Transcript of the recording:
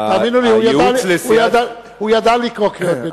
תאמינו לי, הוא ידע לקרוא קריאות ביניים.